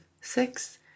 six